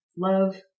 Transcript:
Love